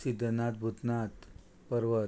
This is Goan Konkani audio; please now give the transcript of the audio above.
सिद्दनाथ भूतनाथ पर्वत